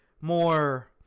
more